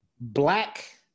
Black